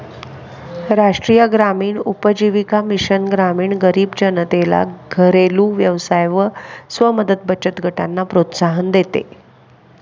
राष्ट्रीय ग्रामीण उपजीविका मिशन ग्रामीण गरीब जनतेला घरेलु व्यवसाय व स्व मदत बचत गटांना प्रोत्साहन देते